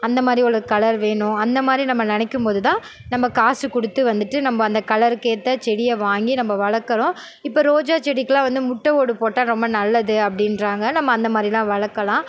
அந்தமாதிரி ஒரு கலர் வேணும் அந்தமாதிரி நம்ம நினைக்கும் போதுதான் நம்ம காசு கொடுத்து வந்துட்டு நம்ம அந்த கலருக்கு ஏற்ற செடியை வாங்கி நம்ம வளர்க்குறோம் இப்போ ரோஜா செடிக்கிலாம் வந்து முட்டை ஓடு போட்டால் ரொம்ப நல்லது அப்படின்றாங்க நம்ம அந்தமாதிரிலாம் வளர்க்கலாம்